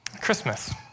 Christmas